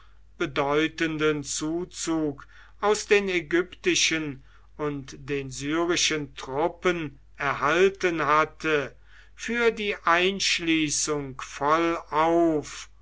bedeutenden zuzug aus den ägyptischen und den syrischen truppen erhalten hatte für die einschließung vollauf